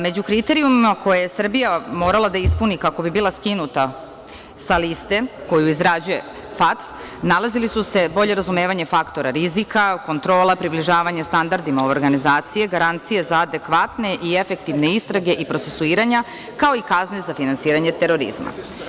Među kriterijumima koje je Srbija morala da ispuni kako bi bila skinuta sa liste, koju izrađuje FATF, nalazili su se bolje razumevanje faktora rizika, kontrola, približavanje standardima organizacije, garancije za adekvatne i efektivne istrage i procesuiranja, kao i kazne za finansiranje terorizma.